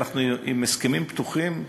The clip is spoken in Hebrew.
ואנחנו עם הסכמים פתוחים,